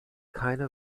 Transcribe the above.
keine